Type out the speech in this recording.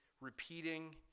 repeating